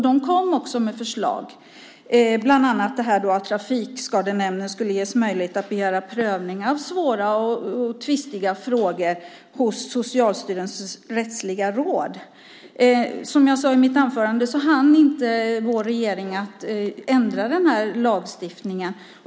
De kom också med förslag, bland annat om att Trafikskadenämnden skulle ges möjlighet att begära prövning av svåra och tvistiga frågor hos Socialstyrelsens rättsliga råd. Som jag sade i mitt anförande hann inte vår regering ändra den här lagstiftningen.